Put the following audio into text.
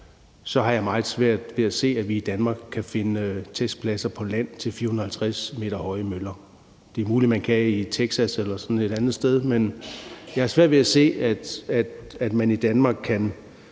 har jeg meget svært ved at se, at vi i Danmark kan finde testpladser på land til 450 m høje møller. Det er muligt, man kan i Texas eller et andet sted, men jeg har svært ved at se, at man i Danmark kan